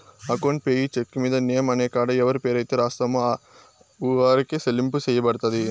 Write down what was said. account payee చెక్కు మీద name అనే కాడ ఎవరి పేరైతే రాస్తామో ఆరికే సెల్లింపు సెయ్యబడతది